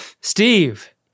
Steve